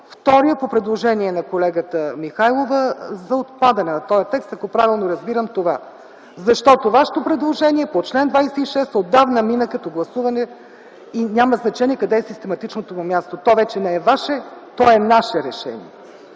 вторият – по предложение на колегата Михайлова, за отпадане на този текст, ако правилно разбирам това. Защото вашето предложение по чл. 26 отдавна мина като гласуване и няма значение къде е систематичното му място. То вече не е ваше, то е наше решение.